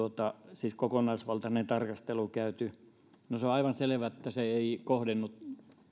siis kokonaisvaltainen tarkastelu käyty se on aivan selvä että se ei kohdennu